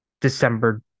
December